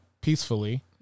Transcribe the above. peacefully